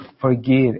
forgive